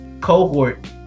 cohort